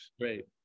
Great